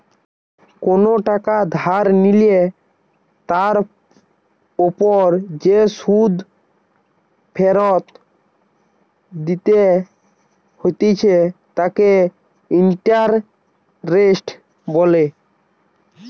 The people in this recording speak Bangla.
কোনো টাকা ধার নিলে তার ওপর যে সুধ ফেরত দিতে হতিছে তাকে ইন্টারেস্ট বলে